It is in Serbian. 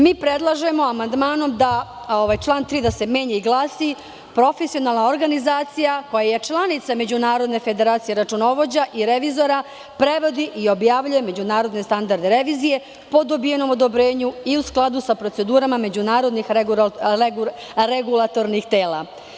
Mi predlažemo amandmanom da se član 3. menja i glasi – "Profesionalna organizacija koja je članica Međunarodne federacije računovođa i revizora, prevodi i objavljuje međunarodne standarde revizije, po dobijenom odobrenju, i u skladu sa procedurama međunarodnih regulatornih tela.